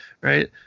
right